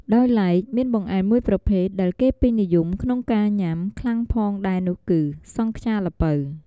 ដោយឡែកមានបង្អែមមួយប្រភេទដែលគេពេញនិយមក្នុងការញុាំខ្លាំងផងដែរនោះគឺ សង់ខ្យាល្ពៅ។